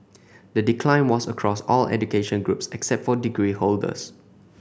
the decline was across all education groups except for degree holders